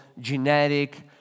genetic